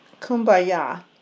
Kumbaya